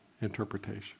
interpretation